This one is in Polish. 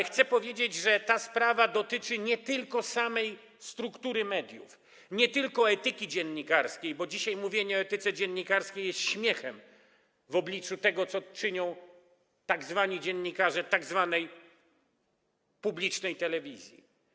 Chcę powiedzieć, że ta sprawa dotyczy nie tylko samej struktury mediów, nie tylko etyki dziennikarskiej, zresztą dzisiaj mówienie o etyce dziennikarskiej jest śmiechem w obliczu tego, co czynią tzw. dziennikarze tzw. publicznej telewizji.